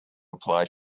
apply